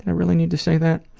and really need to say that?